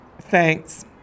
Thanks